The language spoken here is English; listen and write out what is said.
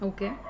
Okay